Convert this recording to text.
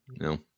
No